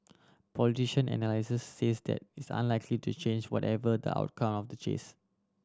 politician and analyst says that is unlikely to change whatever the outcome the chase